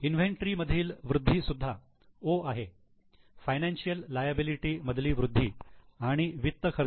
inventory मधील वृद्धी सुद्धा 'O' आहे फायनान्शियल लायबिलिटी मधली वृद्धी आणि वित्त खर्च